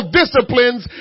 disciplines